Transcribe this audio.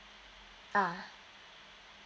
ah